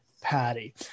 patty